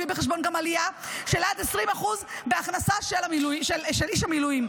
בחשבון גם עלייה של עד 20% בהכנסה של איש המילואים.